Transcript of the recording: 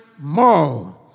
more